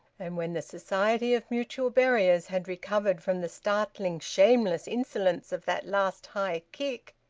and when the society of mutual buriers had recovered from the startling shameless insolence of that last high kick,